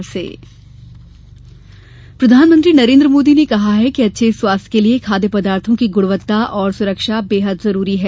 खाद्य सुरक्षा प्रधानमंत्री नरेन्द्र मोदी ने कहा है कि अच्छे स्वास्थ्य के लिये खाद्य पदार्थों की गुणवत्ता और सुरक्षा बेहद जरूरी है